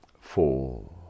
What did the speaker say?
four